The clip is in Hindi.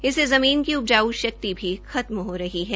इससे जमीन की उपजाऊ शक्ति भी खत्म हो रही है